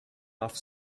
off